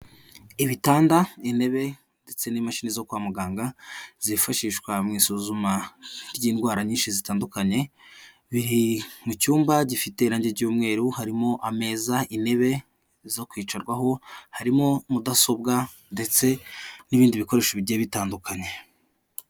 Ibitanda intebe ndetse n'imashini zo kwa muganga zifashishwa mu isuzuma ry'indwara nyinshi zitandukanye biri mu cyumba gifite irangi ry'umweru, harimo ameza intebe zo kwicarwaho, harimo mudasobwa ndetse n'ibindi bikoresho bigiye bitandukanye.